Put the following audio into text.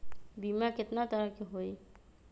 बीमा केतना तरह के होइ?